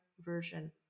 version